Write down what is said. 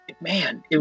man